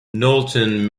knowlton